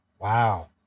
wow